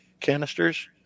canisters